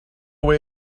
way